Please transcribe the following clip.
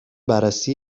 بررسی